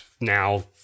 now